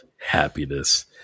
happiness